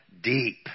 deep